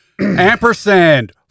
Ampersand